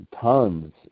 tons